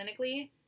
clinically